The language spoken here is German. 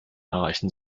erreichen